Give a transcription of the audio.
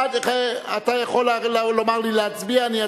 אתה יכול לומר להצביע, ואני אצביע.